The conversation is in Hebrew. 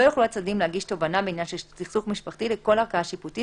לא יוכלו הצדדים להגיש תובענה בעניין של סכסוך משפחתי לכל ערכאה שיפוטית